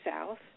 south